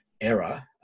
error